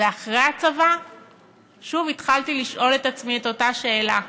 ואחרי הצבא שוב התחלתי לשאול את עצמי את אותה שאלה: